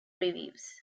reviews